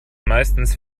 meistens